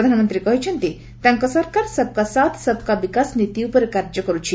ପ୍ରଧାନମନ୍ତ୍ରୀ କହିଛନ୍ତି ତାଙ୍କ ସରକାର ସବ୍ କା ସାଥ୍ ସବ୍ କା ବିକାଶ ନୀତି ଉପରେ କାର୍ଯ୍ୟ କରୁଛି